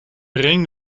ring